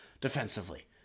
defensively